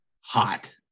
hot